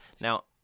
Now